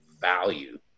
value